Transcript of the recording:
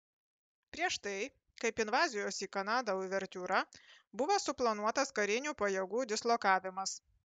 prieš tai kaip invazijos į kanadą uvertiūra buvo suplanuotas karinių pajėgų dislokavimas